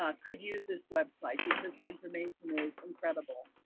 ah could use this website, because the information is incredible.